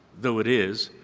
though it is,